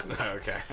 okay